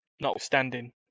notwithstanding